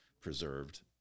preserved